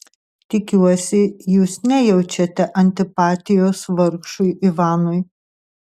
tikiuosi jūs nejaučiate antipatijos vargšui ivanui